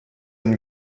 and